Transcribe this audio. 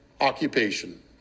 occupation